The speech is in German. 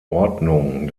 ordnung